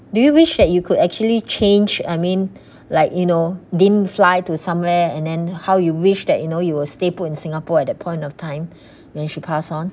do you wish that you could actually change I mean like you know didn't fly to somewhere and then how you wish that you know you will stay put in singapore at that point of time when she pass on